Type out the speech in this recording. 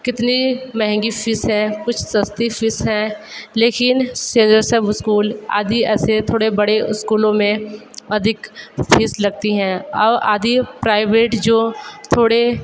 कितनी महंगी फ़ीस है कुछ सस्ती फ़ीस हैं लेकिन सेन जेसेफ़ स्कूल आदि ऐसे थोड़े बड़े स्कूलों में अधिक फ़ीस लगती हैं और आदि प्राइवेट जो थोड़े